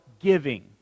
giving